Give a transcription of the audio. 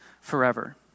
forever